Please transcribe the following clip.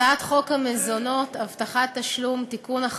הצעת חוק המזונות (הבטחת תשלום) (תיקון,